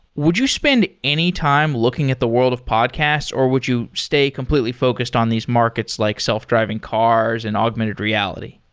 would you spend any time looking at the world of podcast or would you stay completely focused on these markets, like self-driving cars and augmented reality?